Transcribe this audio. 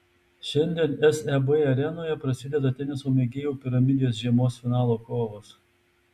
šiandien seb arenoje prasideda teniso mėgėjų piramidės žiemos finalo kovos